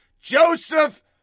Joseph